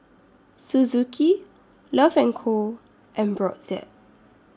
Suzuki Love and Co and Brotzeit